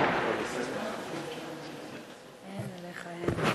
כבוד היושב-ראש,